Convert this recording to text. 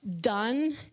done